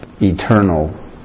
eternal